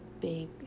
big